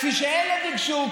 כפי שאלה ביקשו,